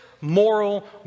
moral